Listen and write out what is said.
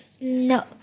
No